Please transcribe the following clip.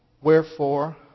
wherefore